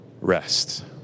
rest